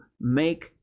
make